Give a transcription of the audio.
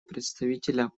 представителя